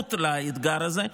ההיערכות לאתגר הזה,